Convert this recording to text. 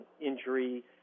injury